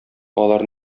алар